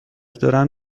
دارن